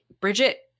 Bridget